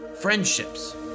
friendships